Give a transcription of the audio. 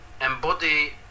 embody